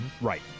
Right